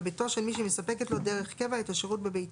בביתו של מי שהיא מספקת לו דרך קבע את השירות בביתו,